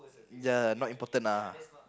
ya not important ah